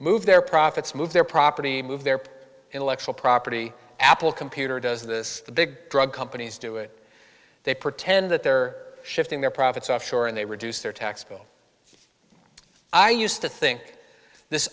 move their profits move their property move their intellectual property apple computer does this the big drug companies do it they pretend that they're shifting their profits offshore and they reduce their tax bill i used to think this